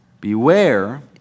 Beware